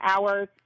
hours